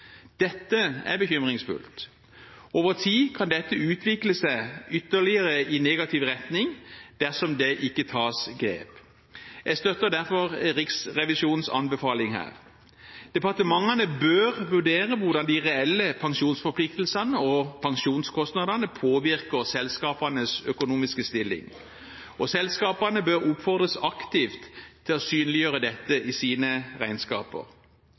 Dette er bekymringsfullt. Over tid kan dette utvikle seg ytterligere i negativ retning dersom det ikke tas grep. Jeg støtter derfor Riksrevisjonens anbefaling her. Departementene bør vurdere hvordan de reelle pensjonsforpliktelsene og pensjonskostnadene påvirker selskapenes økonomiske stilling, og selskapene bør oppfordres aktivt til å synliggjøre dette i sine regnskaper.